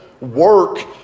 work